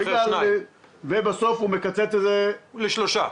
ומקצץ את זה לשלושה.